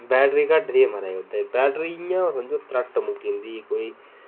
battery घट्ट ही नुहाड़ै च म्हाराज बैटरी इं'या झट्ट मुक्की जंदी ही इं'या